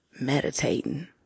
meditating